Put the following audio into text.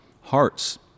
hearts